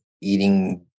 eating